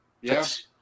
Yes